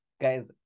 guys